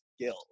skill